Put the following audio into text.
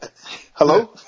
Hello